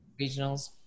regionals